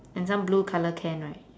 and some blue colour can right